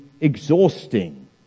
exhausting